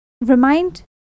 remind